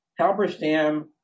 Halberstam